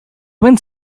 went